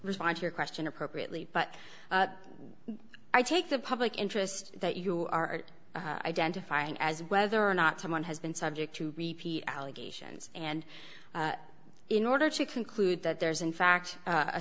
respond to your question appropriately but i take the public interest that you are identifying as whether or not someone has been subject to repeat allegations and in order to conclude that there is in fact